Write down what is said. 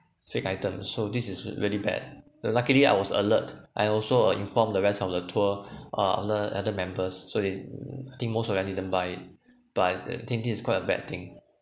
fake items so this is really bad luckily I was alert I also uh inform the rest of the tour uh alert other members so then thinks most of them didn't buy it but I think this is quite a bad thing